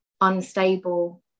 unstable